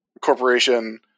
Corporation